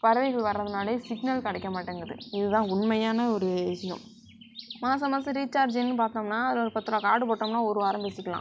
பறவைகள் வர்றதுனாலேயே சிக்னல் கிடைக்க மாட்டேங்குது இது தான் உண்மையான ஒரு விஷயம் மாசம் மாசம் ரீச்சார்ஜுன்னு பார்த்தோம்னா அதில் ஒரு பத்துருவா கார்டு போட்டோம்னா ஒரு வாரம் பேசிக்கலாம்